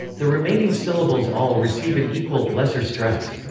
the remaining syllables all receive an equal, lesser stress.